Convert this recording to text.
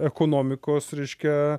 ekonomikos reiškia